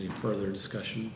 the further discussion